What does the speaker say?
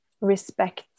respect